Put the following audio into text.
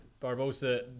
Barbosa